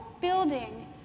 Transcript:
building